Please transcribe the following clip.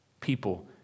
people